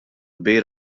kbir